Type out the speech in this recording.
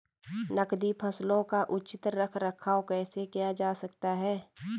नकदी फसलों का उचित रख रखाव कैसे किया जा सकता है?